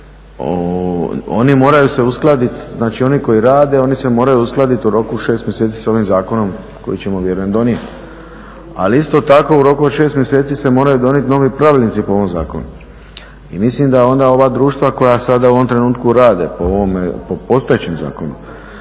oni koji rade, oni se moraju uskladiti u roku od 6 mjeseci s ovim zakonom koji ćemo vjerujem donijeti. Ali isto tako u roku od 6 mjeseci se moraju donijeti novi pravilnici po ovom zakonu. I mislim da onda ova društva koja sada u ovom trenutku rade po ovome, po postojećem zakonu,